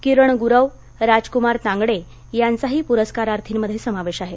किरण गुरव राजकुमार तांगडे यांचाही पुरस्कारार्थीमध्ये समावेश आहे